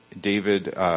David